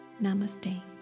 Namaste